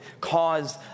cause